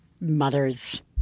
mothers